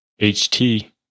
ht